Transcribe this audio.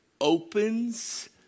opens